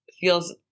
feels